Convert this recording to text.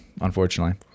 unfortunately